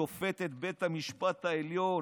שופטת בית המשפט העליון,